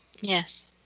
Yes